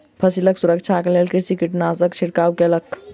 फसिलक सुरक्षाक लेल कृषक कीटनाशकक छिड़काव कयलक